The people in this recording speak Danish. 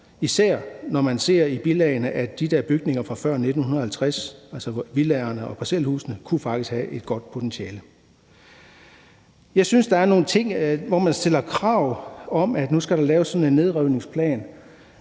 især når man ser i bilagene, at de her bygninger fra før 1950, altså villaerne og parcelhusene, faktisk kunne have et godt potentiale. Der er nogle ting, hvor man stiller krav om, at der nu skal laves sådan en nedrivningsplan,